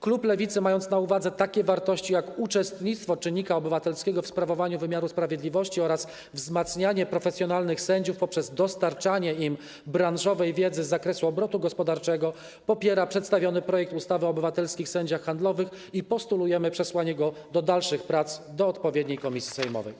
Klub Lewicy, mając na uwadze takie wartości jak uczestnictwo czynnika obywatelskiego w sprawowaniu wymiaru sprawiedliwości oraz wzmacnianie profesjonalnych sędziów poprzez dostarczanie im branżowej wiedzy z zakresu obrotu gospodarczego, popiera przedstawiony projekt ustawy o obywatelskich sędziach handlowych i postulujemy przesłanie go do dalszych prac do odpowiedniej komisji sejmowej.